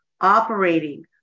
operating